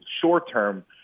Short-term